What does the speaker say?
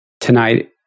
tonight